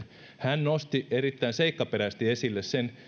hän nosti erittäin seikkaperäisesti esille sen